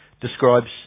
describes